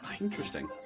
Interesting